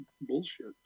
bullshit